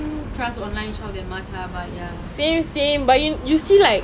ya ya their merchandise was there like one of the shirts damn nice sia